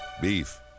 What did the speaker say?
Beef